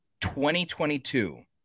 2022